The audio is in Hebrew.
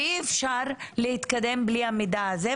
ואי אפשר להתקדם בלי המידע הזה,